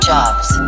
Jobs